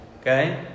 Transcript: Okay